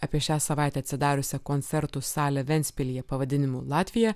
apie šią savaitę atsidariusią koncertų salę ventspilyje pavadinimu latvija